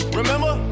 remember